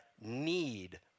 need